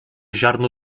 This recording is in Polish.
ziarno